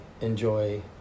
enjoy